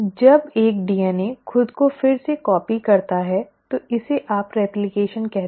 जब एक डीएनए खुद को फिर से कॉपी करता है तो इसे आप रेप्लकेशन कहते हैं